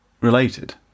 related